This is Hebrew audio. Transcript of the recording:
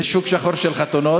יש שוק שחור של חתונות.